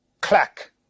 Clack